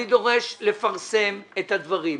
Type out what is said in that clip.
אני דורש לפרסם את הדברים,